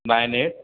nine eight